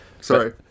Sorry